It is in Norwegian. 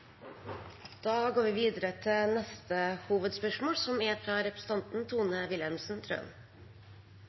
Da går vi videre til neste hovedspørsmål.